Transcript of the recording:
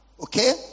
Okay